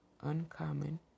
uncommon